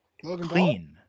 Clean